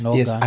yes